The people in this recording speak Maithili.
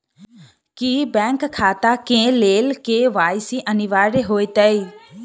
की बैंक खाता केँ लेल के.वाई.सी अनिवार्य होइ हएत?